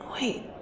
Wait